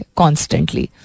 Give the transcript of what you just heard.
constantly